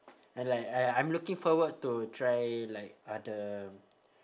and like I I'm looking forward to try like other